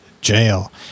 jail